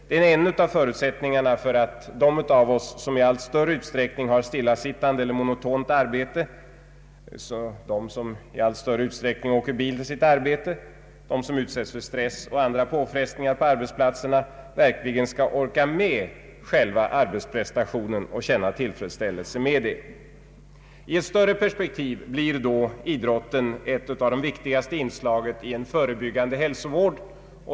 Den är en av förutsättningarna för att de av oss, som i allt större utsträckning har stillasittande eller monotont arbete, som i allt större utsträckning åker bil till arbetet, som utsätts för stress och andra påfrestningar på arbetsplatserna, verkligen skall orka med själva arbetsprestationen och känna tillfredsställelse med arbetet. I ett större perspektiv blir idrotten ett av de viktigaste inslagen i den förebyggande hälsovården. Det är Ang.